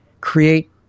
create